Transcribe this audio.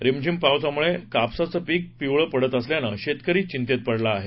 रिमझिम पावसामुळे कापसाचं पिक पिवळं पडत असल्यानं शेतकरी चिंतेत पडला आहे